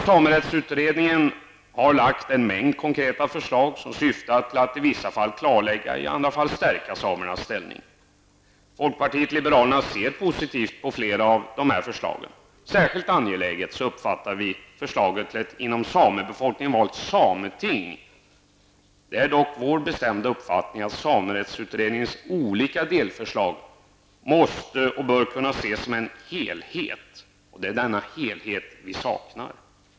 Samerättsutredningen har lagt fram en mängd konkreta förslag vilka syftar till att i vissa fall klarlägga och i andra fall stärka samernas ställning. Folkpartiet liberalerna ser positivt på flera av dessa förslag. Särskilt angeläget uppfattar vi förslaget om ett inom samebefolkningen valt sameting. Det är dock vår bestämda uppfattning att samerättsutredningens olika delförslag måste och bör kunna ses som en helhet. Det är denna helhet vi saknar.